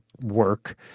work